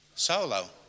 Solo